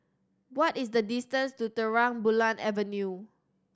what is the distance to Terang Bulan Avenue